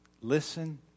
Listen